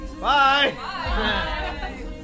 Bye